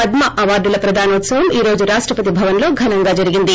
పద్మ అవార్డుల ప్రదానోత్సవం ఈ రోజు రాష్టపతి భవన్లో ఘనంగా జరిగింది